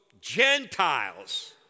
Gentiles